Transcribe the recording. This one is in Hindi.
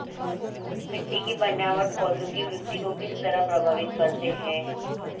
मिटटी की बनावट पौधों की वृद्धि को किस तरह प्रभावित करती है?